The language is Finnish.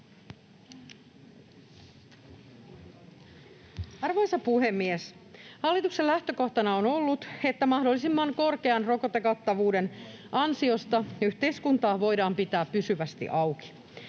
Arvoisa puhemies! Hallituksen lähtökohtana on ollut, että mahdollisimman korkean rokotekattavuuden ansiosta yhteiskuntaa voidaan pitää pysyvästi auki.